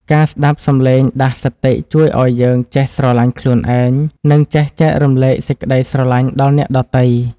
ការស្តាប់សំឡេងដាស់សតិជួយឱ្យយើងចេះស្រឡាញ់ខ្លួនឯង និង ចេះចែករំលែកសេចក្តីស្រឡាញ់ដល់អ្នកដទៃ។